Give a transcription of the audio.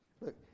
Look